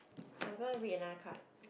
I'm gonna read another card